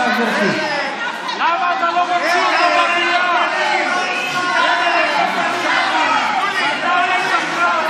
גם הקואליציה, בוודאי האופוזיציה, נא לשבת.